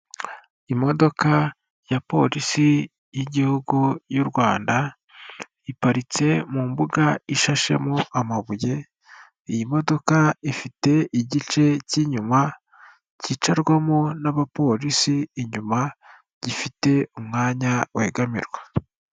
Imodoka ya polisi y'igihugu y'u Rwanda, iparitse mu mbuga ishashemo amabuye, iyi modoka ifite igice cy'inyuma cyicarwamo n'abapolisi inyuma, gifite umwanya wegamirwa.